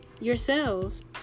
yourselves